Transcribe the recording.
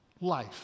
life